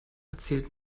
erzählt